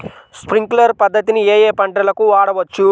Sprinkler పద్ధతిని ఏ ఏ పంటలకు వాడవచ్చు?